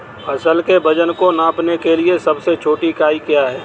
फसल के वजन को नापने के लिए सबसे छोटी इकाई क्या है?